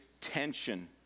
tension